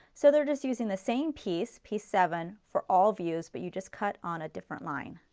so they are just using the same piece, piece seven for all views, but you just cut on a different line.